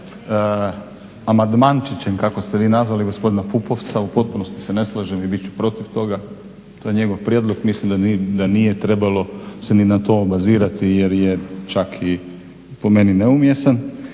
amandmančićem kako ste vi nazvali gospodina Pupovca. U potpunosti se ne slažem i bit ću protiv toga. To je njegov prijedlog. Mislim da nije trebalo se ni na to obazirati jer je čak i po meni neumjesan.